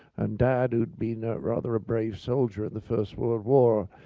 and dad, who'd been rather a brave soldier in the first world war,